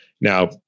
Now